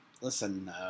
listen